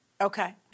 Okay